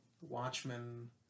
Watchmen